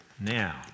Now